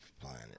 planet